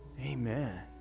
Amen